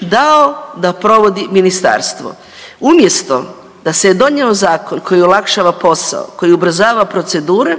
dao da provodi ministarstvo. Umjesto da se je donio zakon koji olakšava posao, koji ubrzava procedure,